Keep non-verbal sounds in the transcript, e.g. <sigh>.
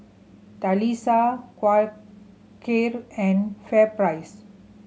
<unintelligible> Quaker and FairPrice